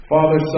Father